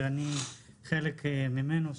שאני חלק ממנו,